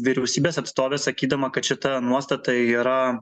vyriausybės atstovė sakydama kad šita nuostata yra